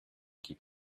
keep